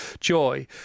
joy